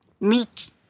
meet